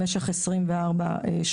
למשך 24 שעות,